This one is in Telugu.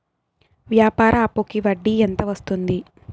వ్యాపార అప్పుకి వడ్డీ ఎంత వస్తుంది?